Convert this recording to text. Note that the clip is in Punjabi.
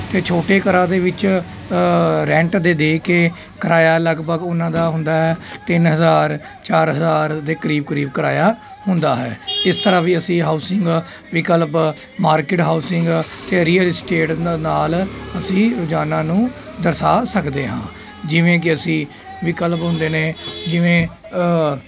ਅਤੇ ਛੋਟੇ ਘਰਾਂ ਦੇ ਵਿੱਚ ਰੈਂਟ 'ਤੇ ਦੇ ਕੇ ਕਰਾਇਆ ਲਗਭਗ ਉਹਨਾਂ ਦਾ ਹੁੰਦਾ ਹੈ ਤਿੰਨ ਹਜ਼ਾਰ ਚਾਰ ਹਜ਼ਾਰ ਦੇ ਕਰੀਬ ਕਰੀਬ ਕਰਾਇਆ ਹੁੰਦਾ ਹੈ ਇਸ ਤਰ੍ਹਾਂ ਵੀ ਅਸੀਂ ਹਾਊਸਿੰਗ ਵਿਕਲਪ ਮਾਰਕੀਟ ਹਾਊਸਿੰਗ ਰੀਅਲ ਸਟੇਟ ਦੇ ਨਾਲ ਅਸੀਂ ਰੋਜ਼ਾਨਾ ਨੂੰ ਦਰਸਾ ਸਕਦੇ ਹਾਂ ਜਿਵੇਂ ਕਿ ਅਸੀਂ ਵਿਕਲਪ ਹੁੰਦੇ ਨੇ ਜਿਵੇਂ